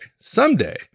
someday